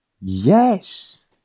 Yes